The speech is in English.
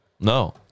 No